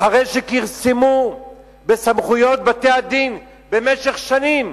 אחרי שכרסמו בסמכויות בתי-הדין במשך שנים,